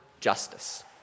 justice